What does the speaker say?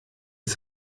ist